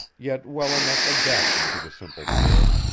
yet well enough adapted to the simple pair,